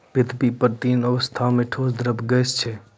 पृथ्वी पर तीन अवस्था म ठोस, द्रव्य, गैस छै